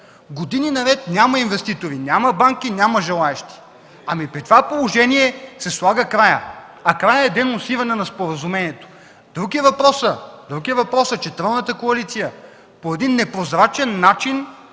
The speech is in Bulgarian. години наред няма инвеститори, няма банки, няма желаещи – при това положение се слага краят. А краят е денонсиране на споразумението. Друг е въпросът, че тройната коалиция пое тези